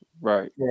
Right